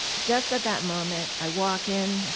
just at that moment, i walk in,